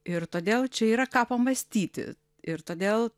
ir todėl čia yra ką pamąstyti ir todėl